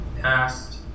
past